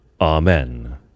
Amen